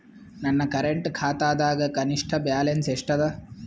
ನನ್ನ ಕರೆಂಟ್ ಖಾತಾದಾಗ ಕನಿಷ್ಠ ಬ್ಯಾಲೆನ್ಸ್ ಎಷ್ಟು ಅದ